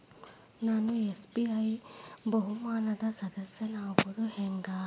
ನಾನು ಎಸ್.ಬಿ.ಐ ಬಹುಮಾನದ್ ಸದಸ್ಯನಾಗೋದ್ ಹೆಂಗ?